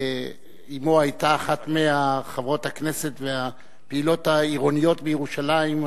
ואמו היתה אחת מחברות הכנסת והפעילות הידועות בירושלים,